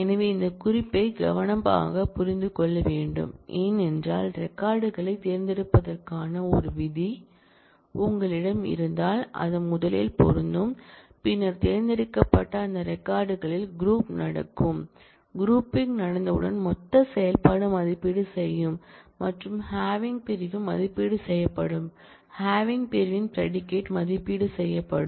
எனவே இந்த குறிப்பை கவனமாக புரிந்து கொள்ள வேண்டும் ஏனென்றால் ரெக்கார்ட் களைத் தேர்ந்தெடுப்பதற்கான ஒரு விதி உங்களிடம் இருந்தால் அது முதலில் பொருந்தும் பின்னர் தேர்ந்தெடுக்கப்பட்ட அந்த ரெக்கார்ட் களில் க்ரூப் நடக்கும்க்ரூப்பிங் நடந்தவுடன் மொத்த செயல்பாடு மதிப்பீடு செய்யும் மற்றும் ஹேவிங் பிரிவு மதிப்பீடு செய்யப்படும் ஹேவிங் பிரிவின் ப்ரெடிகேட் மதிப்பீடு செய்யப்படும்